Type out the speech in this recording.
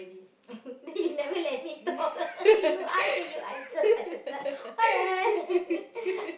you never let me talk you ask then you answer !what-the-hell!